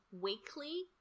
weekly